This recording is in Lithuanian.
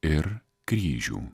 ir kryžių